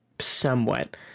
Somewhat